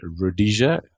Rhodesia